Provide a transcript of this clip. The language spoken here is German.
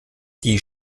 die